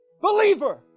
Believer